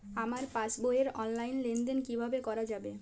আমার পাসবই র অনলাইন লেনদেন কিভাবে করা যাবে?